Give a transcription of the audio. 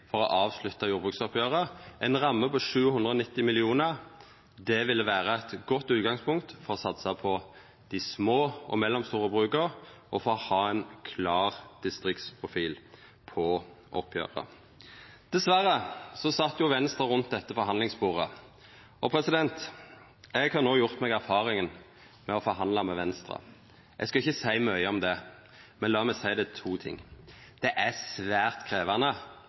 for å avslutta jordbruksoppgjeret – ei ramme på 790 mill. kr, det ville vera eit godt utgangspunkt for å satsa på dei små og mellomstore bruka og ha ein klar distriktsprofil på oppgjeret. Dessverre satt Venstre rundt dette forhandlingsbordet. Eg har no gjort meg erfaringa med å forhandla med Venstre. Eg skal ikkje seia mykje om det, men la meg seia to ting. Det er svært krevjande